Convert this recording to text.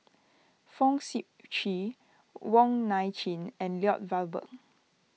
Fong Sip Chee Wong Nai Chin and Lloyd Valberg